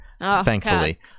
Thankfully